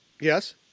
Yes